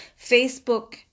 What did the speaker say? Facebook